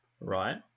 right